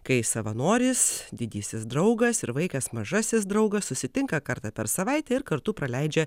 kai savanoris didysis draugas ir vaikas mažasis draugas susitinka kartą per savaitę ir kartu praleidžia